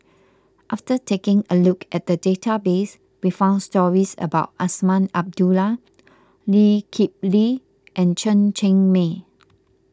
after taking a look at the database we found stories about Azman Abdullah Lee Kip Lee and Chen Cheng Mei